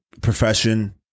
profession